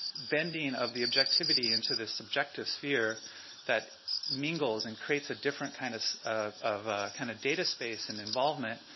bending of the objectivity into this subjective sphere that mingles and creates a different kind of of of kind of data space and involvement